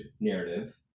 narrative